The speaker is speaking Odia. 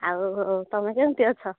ଆଉ ତୁମେ କେମିତି ଅଛ